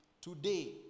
today